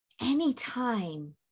anytime